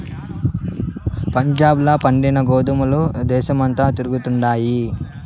పంజాబ్ ల పండిన గోధుమల దేశమంతటా తిరుగుతండాయి